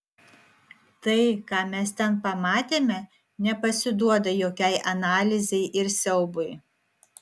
tai ką mes ten pamatėme nepasiduoda jokiai analizei ir siaubui